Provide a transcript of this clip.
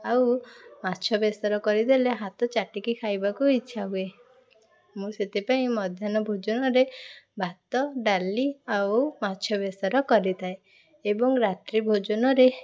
ଆଉ ମାଛ ବେସର କରି ଦେଲେ ହାତ ଚାଟିକି ଖାଇବାକୁ ଇଚ୍ଛା ହୁଏ ମୁଁ ସେଥିପାଇଁ ମଧ୍ୟାହ୍ନ ଭୋଜନରେ ଭାତ ଡାଲି ଆଉ ମାଛ ବେସର କରିଥାଏ ଏବଂ ରାତ୍ରୀ ଭୋଜନରେ